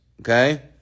Okay